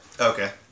Okay